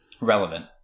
relevant